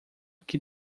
que